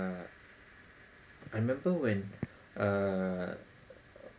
uh I remember when uh